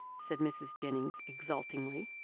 said mrs. jennings exultingly.